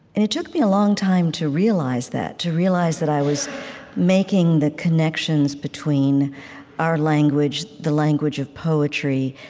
and it took me a long time to realize that, to realize that i was making the connections between our language, the language of poetry,